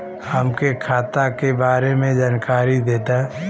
हमके खाता के बारे में जानकारी देदा?